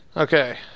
okay